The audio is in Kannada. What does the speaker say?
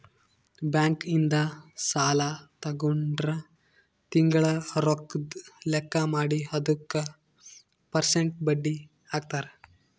ಬ್ಯಾಂಕ್ ಇಂದ ಸಾಲ ತಗೊಂಡ್ರ ತಿಂಗಳ ರೊಕ್ಕದ್ ಲೆಕ್ಕ ಮಾಡಿ ಅದುಕ ಪೆರ್ಸೆಂಟ್ ಬಡ್ಡಿ ಹಾಕ್ತರ